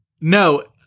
no